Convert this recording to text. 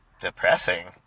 depressing